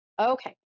Okay